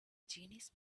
genies